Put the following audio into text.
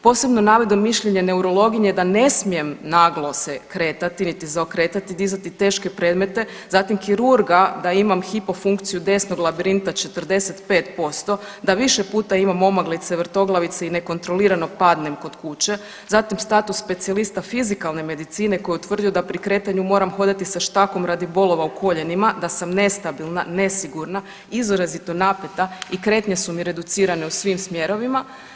Posebno navodim mišljenje neurologinje da ne smije naglo se kretati niti zaokretati, dizati teške predmeta, zatim kirurga da imam hipofunkciju desnog labirinta 45%, da više puta imam omaglice, vrtoglavice i nekontrolirano padnem kod kuće, zatim status specijalista fizikalne medicine koji je utvrdio da pri kretanju moram hodati sa štakom radi bolova u koljenima, da sam nestabilna, nesigurna, izrazito napela i kretnje su mi reducirane u svim smjerovima.